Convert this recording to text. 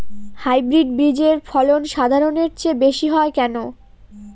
Hybrid বীজের ফলন সাধারণের চেয়ে বেশী হয় কেনো?